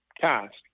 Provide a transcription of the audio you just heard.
cast